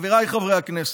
חבריי חברי הכנסת,